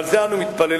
ועל זה אנו מתפללים: